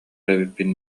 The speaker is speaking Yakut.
эбиппин